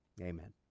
Amen